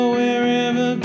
wherever